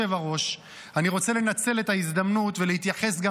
אני רוצה לנצל את ההזדמנות ולהתייחס גם